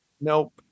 Nope